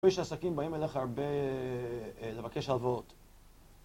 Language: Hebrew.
שעסקים באים אליך הרבה לבקש הלוואות.